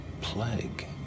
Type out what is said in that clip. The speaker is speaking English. plague